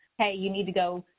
hey, you need to go,